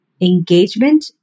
engagement